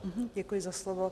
Děkuji za slovo.